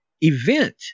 event